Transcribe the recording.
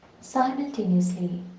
simultaneously